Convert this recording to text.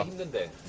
the death